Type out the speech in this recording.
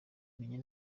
menya